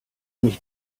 mich